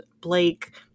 Blake